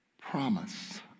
Promise